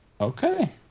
Okay